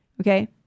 okay